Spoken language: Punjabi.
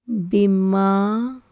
ਬੀਮਾ